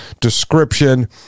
description